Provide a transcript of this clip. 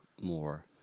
more